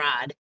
rod